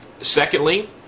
Secondly